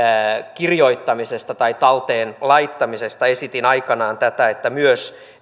kirjoittamisesta tai talteen laittamisesta esitin aikanaan tätä että myös